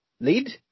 lead